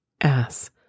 ass